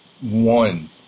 one